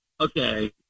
Okay